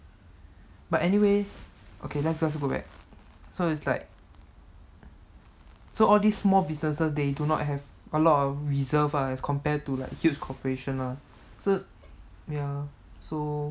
but anyway okay let's just work at so it's like so all these small businesses they do not have a lot of reserves lah as compared to like huge corporations lah